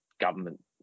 government